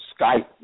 Skype